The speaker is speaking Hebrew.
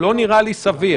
לא נראה לי סביר.